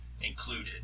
included